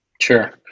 sure